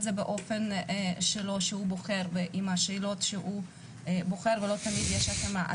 זה באופן שלו עם השאלות שהוא בוחר ולא תמיד יש התאמה.